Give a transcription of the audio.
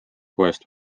poest